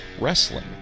wrestling